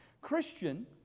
Christian